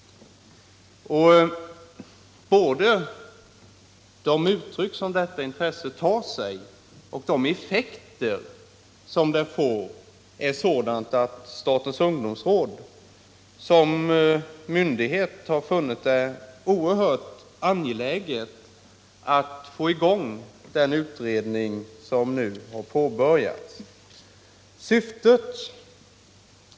Både de uttryck som detta intresse tar sig och de effekter det får är sådana att statens ungdomsråd som myndighet har funnit det oerhört angeläget att få till stånd den nu påbörjade utredningen.